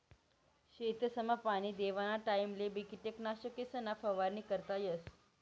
शेतसमा पाणी देवाना टाइमलेबी किटकनाशकेसनी फवारणी करता येस